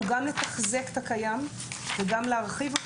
חשוב לנו גם לתחזק את הקיים וגם להרחיב את